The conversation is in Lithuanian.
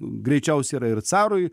greičiausiai yra ir carui